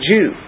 Jew